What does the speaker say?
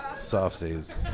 Softies